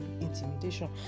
intimidation